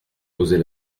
poser